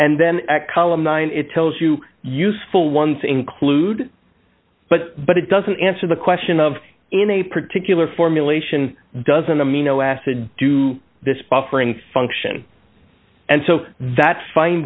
and then at column nine it tells you useful ones include but but it doesn't answer the question of in a particular formulation doesn't amino acid do this buffering function and so that fi